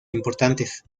importantes